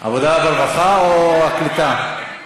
עבודה ורווחה או הקליטה?